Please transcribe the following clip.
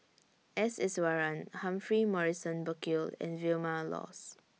S Iswaran Humphrey Morrison Burkill and Vilma Laus